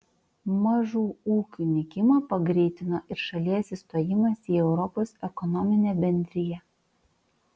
mažų ūkių nykimą pagreitino ir šalies įstojimas į europos ekonominę bendriją